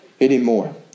anymore